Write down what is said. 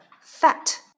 Fat